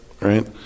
right